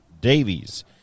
Davies